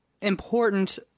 important